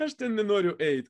aš nenoriu eiti